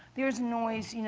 there's noise, you know